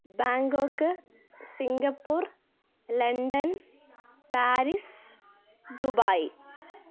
Bangkok Singapore London Paris Dubai